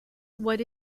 what